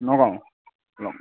Nagaon ন